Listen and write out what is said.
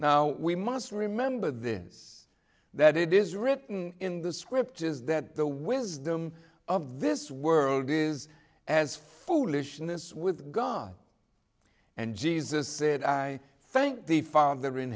now we must remember this that it is written in the script is that the wisdom of this world is as foolishness with god and jesus said i thank the father in